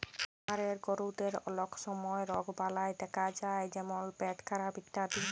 খামারের গরুদের অলক সময় রগবালাই দ্যাখা যায় যেমল পেটখারাপ ইত্যাদি